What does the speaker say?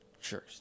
Sure